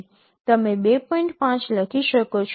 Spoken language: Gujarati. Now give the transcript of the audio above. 5 લખી શકો છો